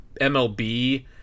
mlb